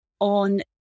on